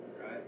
Right